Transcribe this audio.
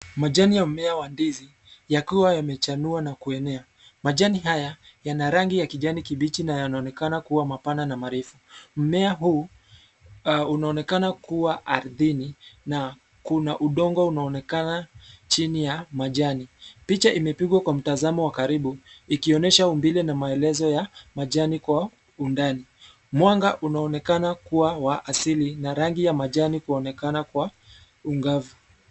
Majani ya mmea wa ndizi yakua yamechanua na kuenea. Majani haya, yana rangi ya kijani kibichi na yanaonekana kua mapana na marefu. Mmea huu unaonekana kua ardhini na kuna udongo unaonekana chini ya majani. Picha imepigwa kwa mtazamo wa karibu ikionyesha uumbile na maonyesho ya majani kwa undani. Mwanga unaonekana kua wa asili na rangi ya majani kuonekana kwa ungavu.